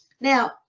Now